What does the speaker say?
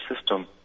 system